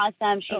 awesome